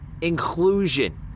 inclusion